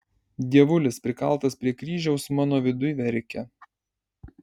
dievulis prikaltas prie kryžiaus mano viduj verkia